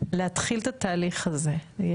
להתחיל את התהליך הזה?